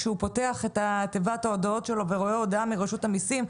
כשהוא פותח את תיבת ההודעות שלו ורואה הודעה מרשות המיסים,